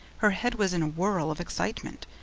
her head was in a whirl of excitement,